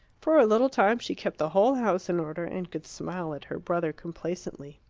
for a little time she kept the whole house in order, and could smile at her brother complacently.